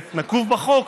שנקוב בחוק,